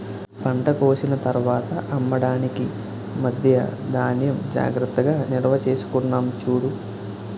పంట కోసిన తర్వాత అమ్మడానికి మధ్యా ధాన్యం జాగ్రత్తగా నిల్వచేసుకున్నాం చూడు